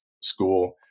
school